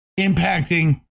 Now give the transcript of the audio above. impacting